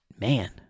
man